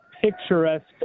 Picturesque